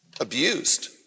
Abused